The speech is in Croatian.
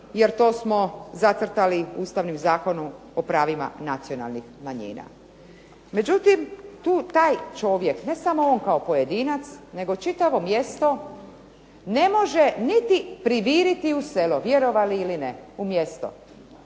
jer to smo zacrtali Ustavnim zakonom o pravima nacionalnih manjina. Međutim, taj čovjek ne samo on kao pojedinac, nego čitavo mjesto ne može niti priviriti u selo, vjerovali ili ne, u mjesto.